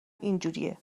اینجوریه